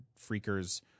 freakers